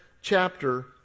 chapter